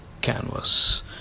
canvas